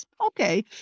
Okay